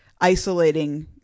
isolating